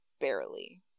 barely